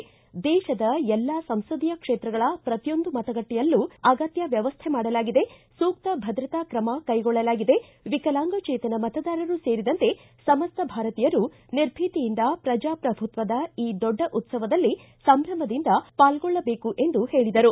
ದೇಶದ ಎಲ್ಲಾ ಸಂಸದೀಯ ಕ್ಷೇತ್ರಗಳ ಪ್ರತಿಯೊಂದು ಮತಗಟ್ಷೆಯಲ್ಲೂ ಅಗತ್ಯ ವ್ಯವಸ್ಥೆ ಮಾಡಲಾಗಿದೆ ಸೂಕ್ತ ಭದ್ರತಾ ಕ್ರಮ ಕೈಗೊಳ್ಳಲಾಗಿದೆ ವಿಕಲಾಂಗಚೇತನ ಮತದಾರರು ಸೇರಿದಂತೆ ಸಮಸ್ತ ಭಾರತೀಯರು ನಿರ್ಭೀತಿಯಿಂದ ಪ್ರಜಾಪ್ರಭುತ್ವದ ಈ ದೊಡ್ಡ ಉತ್ಸವದಲ್ಲಿ ಸಂಭ್ರಮದಿಂದ ಪಾಲ್ಗೊಳ್ಳಬೇಕು ಎಂದು ಹೇಳದರು